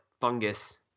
fungus